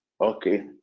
Okay